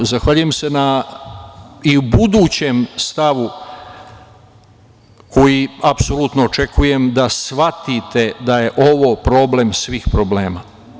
Zahvaljujem se i u budućem stavu koji apsolutno očekujem da shvatite da je ovo problem svih problema.